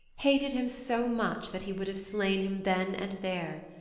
hated him so much that he would have slain him then and there.